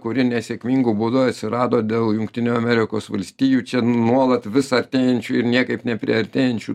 kuri nesėkmingu būdu atsirado dėl jungtinių amerikos valstijų čia nuolat vis artėjančių ir niekaip nepriartėjančių